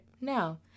No